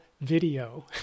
video